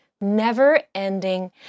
never-ending